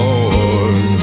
Lord